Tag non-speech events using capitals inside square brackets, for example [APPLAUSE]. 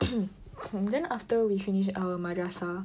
[COUGHS] then after we finish our madrasah